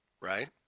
right